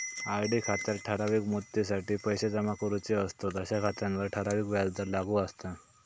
RD खात्यात ठराविक मुदतीसाठी पैशे जमा करूचे असतंत अशा खात्यांवर ठराविक व्याजदर लागू असता